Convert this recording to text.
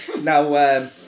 Now